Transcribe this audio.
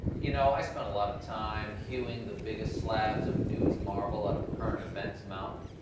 you know, i spend a lot of time hewing the biggest slabs of news marble out of current events mountain,